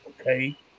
Okay